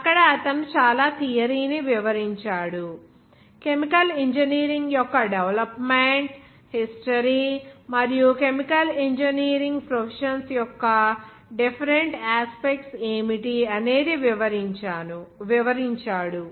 అక్కడ అతను చాలా థియరీ ని వివరించాడు కెమికల్ ఇంజనీరింగ్ యొక్క డెవలప్మెంట్ హిస్టరీ మరియు కెమికల్ ఇంజనీరింగ్ ప్రొఫెషన్స్ యొక్క డిఫరెంట్ యాస్పెక్ట్స్ ఏమిటి అనేది వివరించాడు